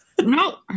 no